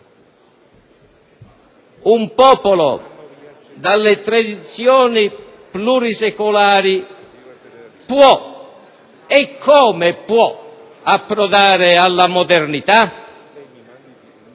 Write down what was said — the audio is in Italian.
un popolo dalle tradizioni plurisecolari può approdare alla modernità?»